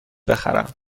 بخرم